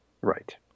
right